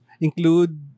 include